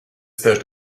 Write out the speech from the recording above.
stages